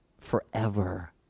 forever